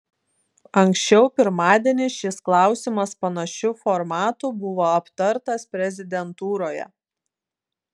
anksčiau pirmadienį šis klausimas panašiu formatu buvo aptartas prezidentūroje